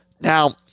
Now